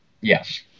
Yes